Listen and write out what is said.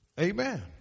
amen